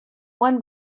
one